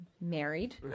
Married